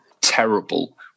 terrible